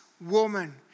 woman